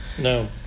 no